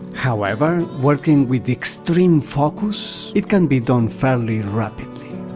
however, working with extreme focus, it can be done fairly rapidly.